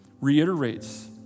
reiterates